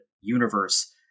universe